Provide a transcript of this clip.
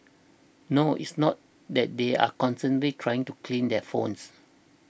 no it's not that they are constantly trying to clean their phones